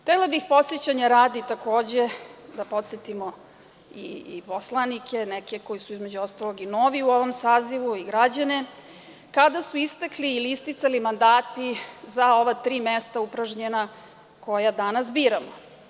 Htela bih, podsećanja radi, takođe da podsetimo i poslanike neke koje su, između ostalog, i novi u ovom sazivu i građane kada su istekli ili isticali mandati za ova tri mesta upražnjena koja danas biramo.